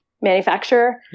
manufacturer